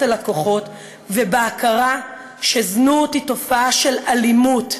הלקוחות ובהכרה שזנות היא תופעה של אלימות,